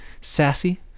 sassy